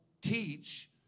teach